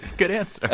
good answer